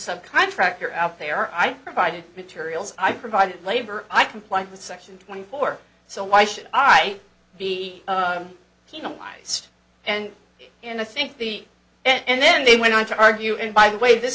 subcontractor out there i provided materials i provide labor i comply with section twenty four so why should i be penalized and and i think the and then they went on to argue and by the way this